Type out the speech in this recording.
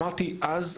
אמרתי אז,